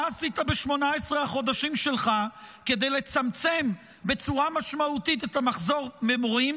מה עשית ב-18 החודשים שלך כדי לצמצם בצורה משמעותית את המחסור במורים,